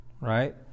right